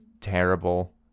terrible